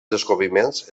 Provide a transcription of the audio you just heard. descobriments